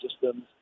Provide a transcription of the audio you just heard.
systems